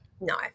No